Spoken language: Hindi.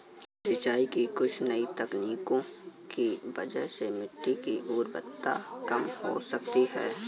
सिंचाई की कुछ नई तकनीकों की वजह से मिट्टी की उर्वरता कम हो सकती है